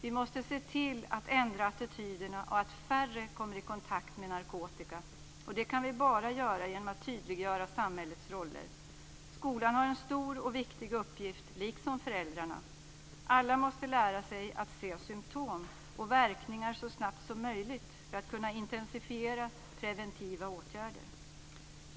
Vi måste se till att ändra attityderna och att färre kommer i kontakt med narkotika, och det kan vi bara göra genom att tydliggöra samhällets roller. Skolan har en stor och viktig uppgift, liksom föräldrarna. Alla måste lära sig att se symtom och verkningar så snabbt som möjligt för att kunna intensifiera preventiva åtgärder.